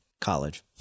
college